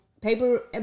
Paper